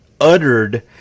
uttered